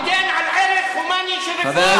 מגן על ערך הומני של רפואה,